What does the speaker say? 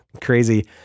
crazy